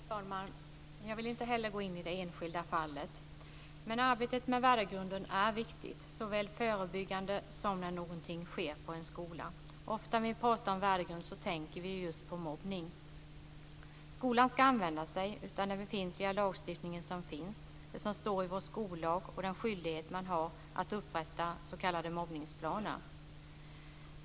Fru talman! Jag vill inte heller gå in i det enskilda fallet. Arbetet med värdegrunden är viktigt, såväl förebyggande som när någonting sker på en skola. Ofta när vi talar om värdegrund tänker vi just på mobbning. Skolan ska använda sig av den befintliga lagstiftningen, det som står i vår skollag och den skyldighet skolan har att upprätta s.k. mobbningsplaner.